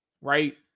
right